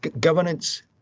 Governance